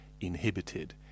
inhibited